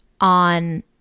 on